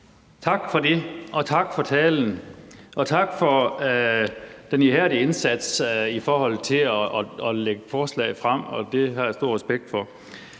Tak for det, og tak for talen, og tak for den ihærdige indsats i forhold til at lægge forslag frem. Det har jeg stor respekt for.